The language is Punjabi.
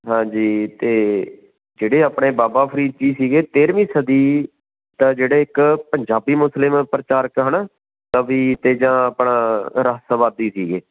ਹਾਂਜੀ ਅਤੇ ਜਿਹੜੇ ਆਪਣੇ ਬਾਬਾ ਫ਼ਰੀਦ ਜੀ ਸੀਗੇ ਤੇਰ੍ਹਵੀਂ ਸਦੀ ਦਾ ਜਿਹੜੇ ਇੱਕ ਪੰਜਾਬੀ ਮੁਸਲਿਮ ਪ੍ਰਚਾਰਕ ਹੈ ਨਾ ਕਵੀ ਅਤੇ ਜਾਂ ਆਪਣਾ ਰਾਸ਼ਟਰਵਾਦੀ ਸੀਗੇ